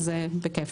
אז בכיף.